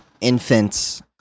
infants